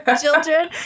children